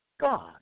God